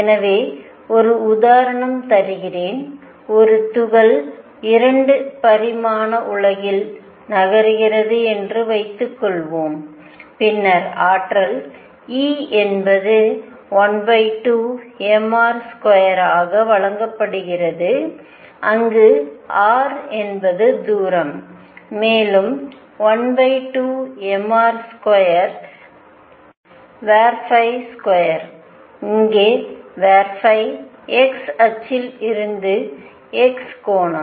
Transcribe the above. எனவே ஒரு உதாரணம் தருகிறேன் ஒரு துகள் 2 பரிமாண உலகில் நகர்கிறது என்று வைத்துக்கொள்வோம் பின்னர் ஆற்றல் E என்பது 12mr2 ஆக வழங்கப்படுகிறது அங்கு r என்பது தூரம் மேலும் 12mr22 அங்கே x அச்சில் இருந்து x கோணம்